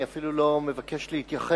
אני אפילו לא מבקש להתייחס